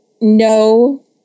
no